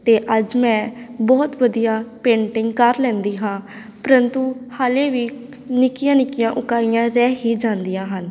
ਅਤੇ ਅੱਜ ਮੈਂ ਬਹੁਤ ਵਧੀਆ ਪੇਂਟਿੰਗ ਕਰ ਲੈਂਦੀ ਹਾਂ ਪਰੰਤੂ ਹਾਲੇ ਵੀ ਨਿੱਕੀਆਂ ਨਿੱਕੀਆਂ ਉਕਾਈਆਂ ਰਹਿ ਹੀ ਜਾਂਦੀਆਂ ਹਨ